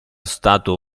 stato